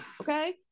Okay